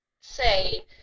say